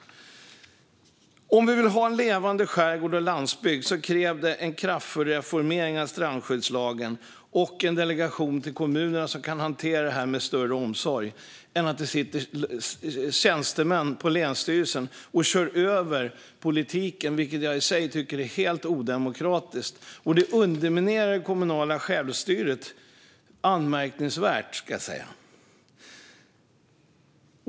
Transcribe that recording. Om du vill ha en levande skärgård och landsbygd krävs en kraftfull reformering av strandskyddslagen och en delegation till kommunerna, som kan hantera frågorna med större omsorg än att det sitter tjänstemän på länsstyrelsen och kör över politiken, vilket jag i sig tycker är helt odemokratiskt. Det underminerar det kommunala självstyret, och det är anmärkningsvärt.